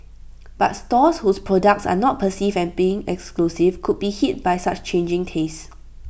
but stores whose products are not perceived as being exclusive could be hit by such changing tastes